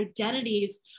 identities